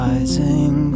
Rising